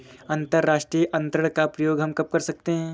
अंतर्राष्ट्रीय अंतरण का प्रयोग हम कब कर सकते हैं?